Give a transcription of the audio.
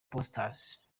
posters